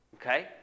Okay